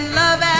love